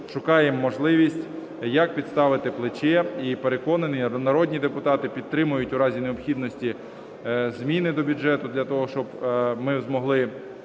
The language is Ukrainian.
шукаємо можливість, як підставити плече. І переконаний, народні депутати підтримають в разі необхідності зміни до бюджету для того, щоб ми змогли